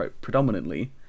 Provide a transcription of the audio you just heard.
predominantly